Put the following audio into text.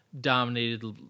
dominated